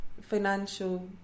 financial